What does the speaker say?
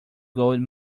gold